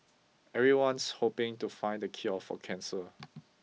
everyone's hoping to find the cure for cancer